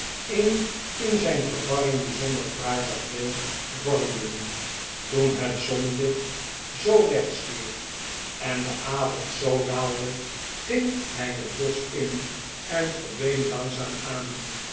een in zijn verwarring bijzonder fraai tafereel vormden toen het zonlicht zoo wegstierf en de avond zoo daalde ging hij het bosch in en verdween langzaam-aan nu